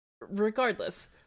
Regardless